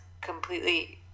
completely